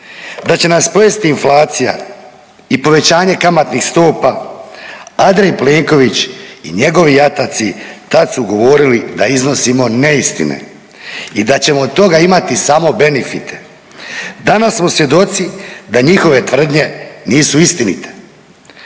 da će nas pojesti inflacija i povećanje kamatnih stopa, Andrej Plenković i njegovi jataci tad su govorili da iznosimo neistine i da ćemo od toga imati samo benifite. Danas smo svjedoci da njihove tvrdnje nisu istinite,